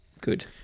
Good